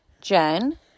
Jen